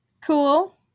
Cool